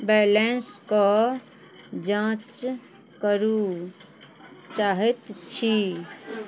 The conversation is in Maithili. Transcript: बैलेंसकेँ जाँच करय चाहैत छी